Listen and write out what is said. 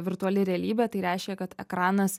virtuali realybė tai reiškia kad ekranas